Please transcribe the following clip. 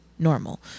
normal